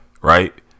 right